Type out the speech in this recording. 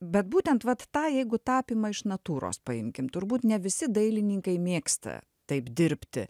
bet būtent vat tą jeigu tapymą iš natūros paimkim turbūt ne visi dailininkai mėgsta taip dirbti